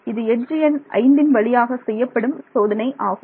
இது எட்ஜ் எண் 5ன் வழியாக செய்யப்படும் சோதனை ஆகும்